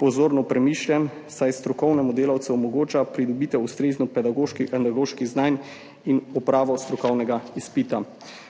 pozorno premišljen, saj strokovnemu delavcu omogoča pridobitev ustrezno pedagoških analoških znanj in opravo strokovnega izpita.